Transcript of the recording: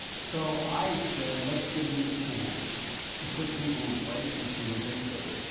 so, i said let's give them a chance to put people in place and see what they do.